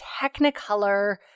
technicolor